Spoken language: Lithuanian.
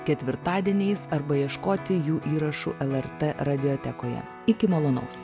ketvirtadieniais arba ieškoti jų įrašų lrt radiotekoje iki malonaus